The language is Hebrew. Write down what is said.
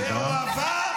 ואוהבה,